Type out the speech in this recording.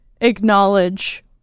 acknowledge